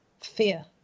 fear